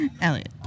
Elliot